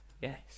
Yes